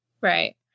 Right